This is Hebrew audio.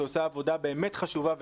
שעושה עבודה באמת חשובה,